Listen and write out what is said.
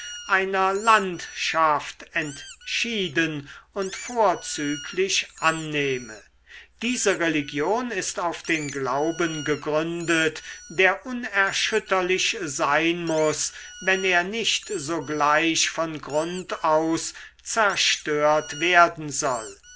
einer landschaft entschieden und vorzüglich annehme diese religion ist auf den glauben gegründet der unerschütterlich sein muß wenn er nicht sogleich von grund aus zerstört werden soll